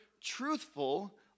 truthful